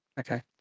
Okay